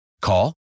Call